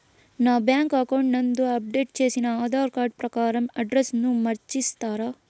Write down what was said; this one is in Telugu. నా బ్యాంకు అకౌంట్ నందు అప్డేట్ చేసిన ఆధార్ కార్డు ప్రకారం అడ్రస్ ను మార్చిస్తారా?